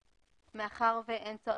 מאחר ואין צורך.